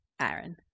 Aaron